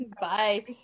Bye